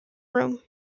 room